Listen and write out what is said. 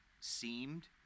seemed